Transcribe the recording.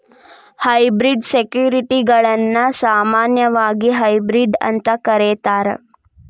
hybrid ಸೆಕ್ಯುರಿಟಿಗಳನ್ನ ಸಾಮಾನ್ಯವಾಗಿ hybrid ಅಂತ ಕರೇತಾರ